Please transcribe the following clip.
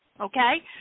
okay